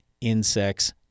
insects